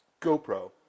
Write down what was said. GoPro